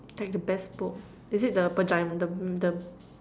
like the best book is it the the the